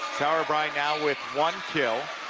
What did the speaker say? sauerbrei now with one kill.